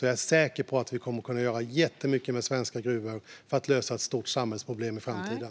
Jag är säker på att vi kommer att kunna göra jättemycket med svenska gruvor för att lösa ett stort samhällsproblem i framtiden.